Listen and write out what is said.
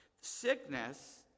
Sickness